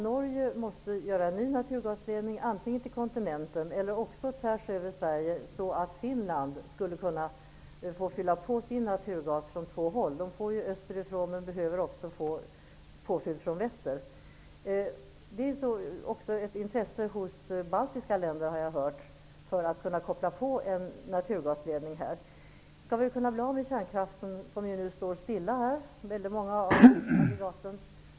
Norge måste göra en ny naturgasledning, antingen till kontinenten eller tvärs över Sverige så att Finland skulle kunna fylla på sin naturgas från två håll; de får naturgas österifrån, men skulle behöva fylla på även från väster. Det finns ett intresse även från de baltiska länderna att kunna koppla på en naturgasledning. Många av kärnkraftsaggregaten står nu stilla.